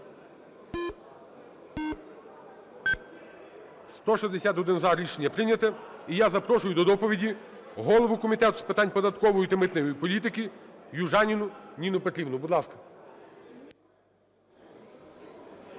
За-161 Рішення прийнято. І я запрошую до доповіді голову Комітету з питань податкової та митної політики Южаніну Ніну Петрівну. Будь ласка.